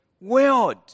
world